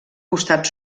costat